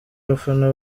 abafana